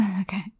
okay